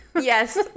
Yes